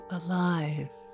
alive